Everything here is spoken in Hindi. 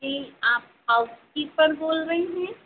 जी आप हाउसकीपर बोल रही हैं